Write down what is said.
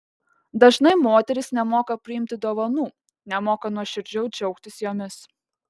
dažnai moterys nemoka priimti dovanų nemoka nuoširdžiau džiaugtis jomis